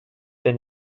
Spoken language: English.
been